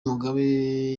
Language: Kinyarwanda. mugabe